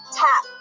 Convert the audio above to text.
tap